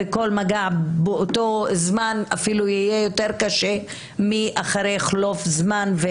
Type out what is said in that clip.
וכל מגע באותו זמן יהיה אפילו יותר קשה מאשר אחרי חלוף הזמן.